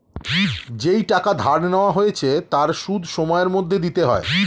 যেই টাকা ধার নেওয়া হয়েছে তার সুদ সময়ের মধ্যে দিতে হয়